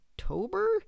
October